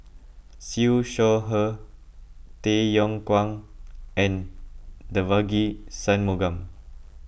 Siew Shaw Her Tay Yong Kwang and Devagi Sanmugam